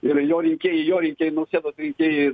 ir jo reikėjai jo rinkėjai nausėdos rinkėjai